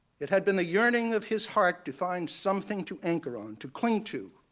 it had been the yearning of his heart to find something to anchor on, to cling to,